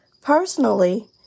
Personally